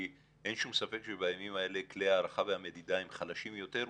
כי אין שום ספק שבימים האלה כלי ההערכה והמדידה הם חלשים יותר,